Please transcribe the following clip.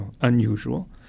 unusual